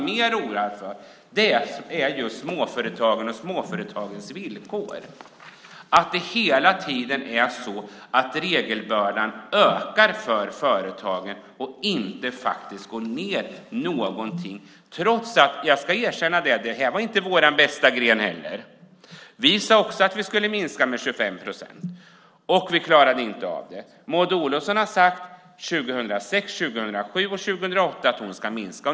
Men det jag är oroad för är småföretagens villkor. Hela tiden ökar regelbördan för företagen, inte minskar någonting. Jag ska erkänna att det här inte var vår bästa gren heller. Vi sade också att vi skulle minska med 25 procent, och vi klarade inte av det. Maud Olofsson har sagt 2006, 2007 och 2008 att den ska minska.